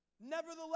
Nevertheless